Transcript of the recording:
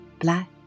Black